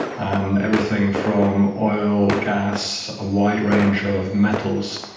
and everything from oil, gas, a wide range of metals.